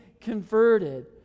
converted